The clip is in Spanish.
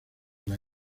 las